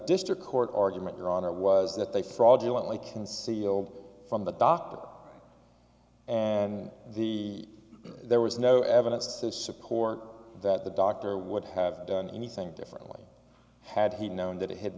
district court argument your honor was that they fraudulently concealed from the doctor and the there was no evidence to support that the doctor would have done anything differently had he known that it had